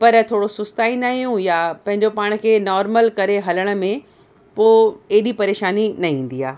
पर थोरो सुस्ताईंदा आहियूं या पंहिंजो पाण खे नॉर्मल करे हलण में पोइ एॾी परेशानी न ईंदी आहे